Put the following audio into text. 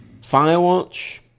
Firewatch